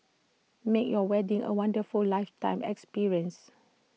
make your wedding A wonderful lifetime experience